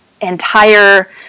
entire